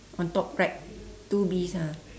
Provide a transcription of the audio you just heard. on top right two bees ah